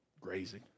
grazing